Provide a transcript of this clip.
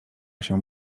się